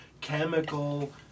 chemical